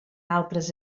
altres